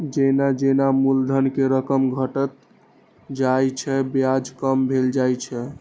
जेना जेना मूलधन के रकम घटल जाइ छै, ब्याज कम भेल जाइ छै